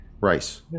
rice